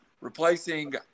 replacing